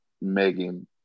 Megan